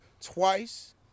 twice